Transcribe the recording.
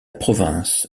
province